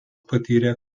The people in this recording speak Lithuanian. patyrė